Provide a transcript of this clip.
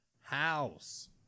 House